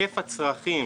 היקף הצרכים